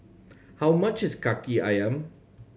how much is Kaki Ayam